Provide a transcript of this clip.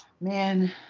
Man